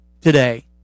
today